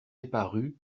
eparus